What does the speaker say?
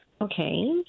Okay